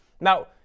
now